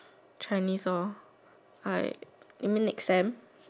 Chinese lor I you mean next time